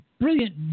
brilliant